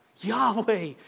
Yahweh